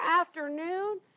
afternoon